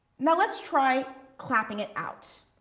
now, let's try clapping it out.